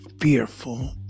fearful